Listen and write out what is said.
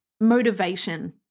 motivation